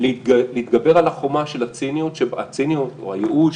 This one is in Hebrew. להתגבר על החומה של הציניות או הייאוש,